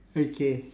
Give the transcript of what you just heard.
okay